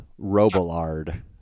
Robillard